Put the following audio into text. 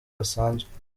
basanzwe